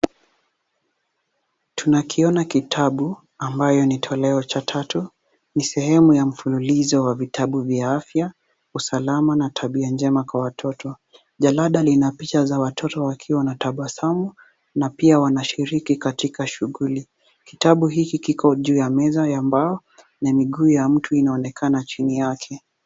Tunakiona kitabu ambayo ni toleo cha tatu ni sehemu ya mfululizo wa vitabu vya afya, usalama na tabia njema kwa watoto. Jalada lina picha za watoto wakiwa wanatabasamu na pia wanashiriki katika shughuli. Kitabu hiki kiko juu ya meza ya mbao na miguu ya mtu inaonekana chini yake.